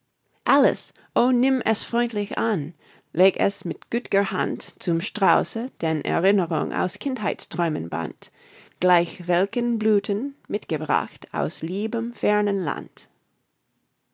alice o nimm es freundlich an leg es mit güt'ger hand zum strauße den erinnerung aus kindheitsträumen band gleich welken blüthen mitgebracht aus liebem fernen land